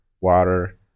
water